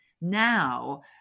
now